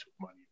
money